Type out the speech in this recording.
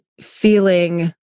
feeling